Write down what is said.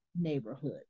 neighborhood